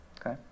Okay